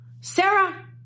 Sarah